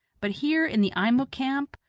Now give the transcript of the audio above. but here, in the eimuck camp,